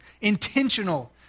intentional